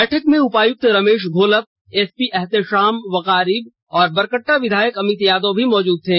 बैठक में उपायक्त रमेश घोलप एसपी एहतेशाम वकारीब और बरकहा विधायक अमित यादव भी मौजुद थे